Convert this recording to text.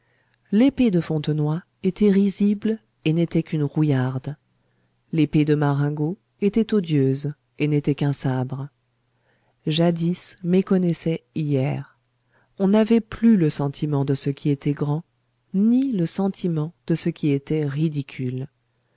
l'épée de fontenoy était risible et n'était qu'une rouillarde l'épée de marengo était odieuse et n'était qu'un sabre jadis méconnaissait hier on n'avait plus le sentiment de ce qui était grand ni le sentiment de ce qui était ridicule